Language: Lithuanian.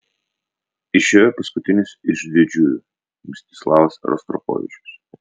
išėjo paskutinis iš didžiųjų mstislavas rostropovičius